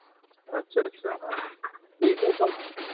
اچھا اچھا ٹھیک ہے سر